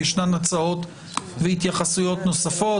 ישנן הצעות והתייחסויות נוספות,